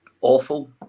awful